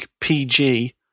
PG